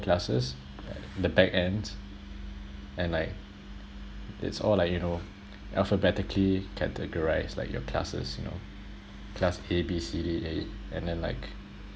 classes at the back end and like it's all like you know alphabetically categorised like your classes you know class A B C D E and then like